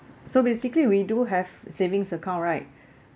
so basically we do have savings account right